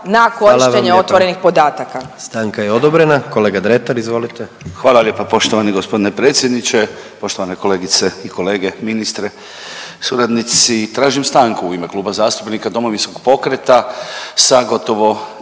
sa portalom otvorenih podataka.